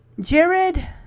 Jared